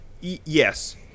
Yes